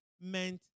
meant